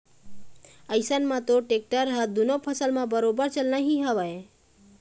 अइसन म तोर टेक्टर ह दुनों फसल म बरोबर चलना ही हवय